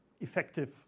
effective